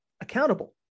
accountable